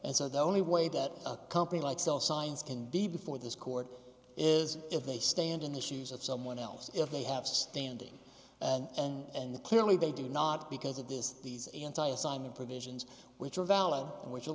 and so the only way that a company like cell science can be before this court is if they stand in the shoes of someone else if they have standing and clearly they do not because of this these anti assignment for the asians which are valid and which